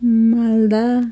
Malda